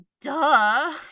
duh